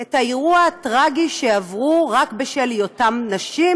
את האירוע הטרגי שעברו רק בשל היותן נשים